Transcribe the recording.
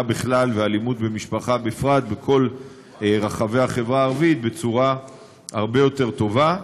בכלל ואלימות במשפחה בפרט בכל רחבי החברה הערבית בצורה הרבה יותר טובה.